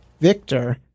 Victor